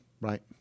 right